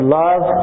love